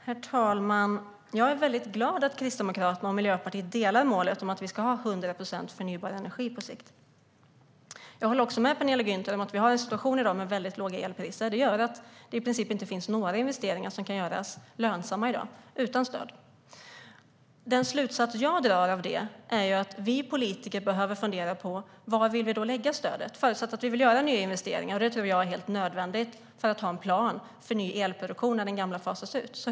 Herr talman! Jag är väldigt glad att Kristdemokraterna och Miljöpartiet delar målet att vi ska ha 100 procent förnybar energi på sikt. Jag håller också med Penilla Gunther om att vi har en situation med väldigt låga elpriser, vilket gör att det i princip inte finns några investeringar som kan göras lönsamma utan stöd. Den slutsats jag drar av det är att vi politiker behöver fundera på var vi vill lägga stödet - förutsatt att vi vill göra nya investeringar, och det tror jag är helt nödvändigt för att ha en plan för ny elproduktion när den gamla fasas ut.